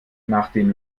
nachdem